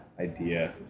idea